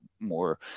more